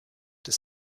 des